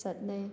ꯆꯠꯅꯩ